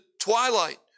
twilight